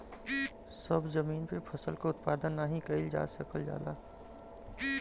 सभ जमीन पे फसल क उत्पादन नाही कइल जा सकल जाला